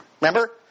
Remember